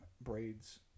braids